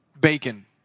bacon